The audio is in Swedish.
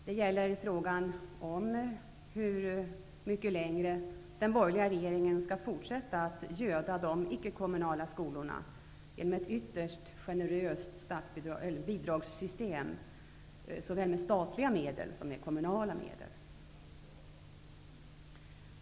Det gäller frågan om hur mycket längre den borgerliga regeringen skall fortsätta att göda de icke-kommunala skolorna med ett ytterst generöst bidragssystem, dvs. såväl statliga som kommunala medel.